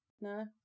No